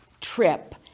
trip